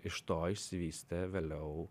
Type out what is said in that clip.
iš to išsivystė vėliau